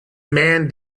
man